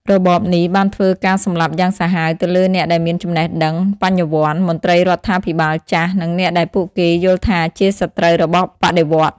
របបនេះបានធ្វើការសម្លាប់យ៉ាងសាហាវទៅលើអ្នកដែលមានចំណេះដឹង បញ្ញាវន្ត មន្ត្រីរដ្ឋាភិបាលចាស់ និងអ្នកដែលពួកគេយល់ថាជាសត្រូវរបស់បដិវត្តន៍។